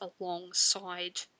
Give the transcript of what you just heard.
alongside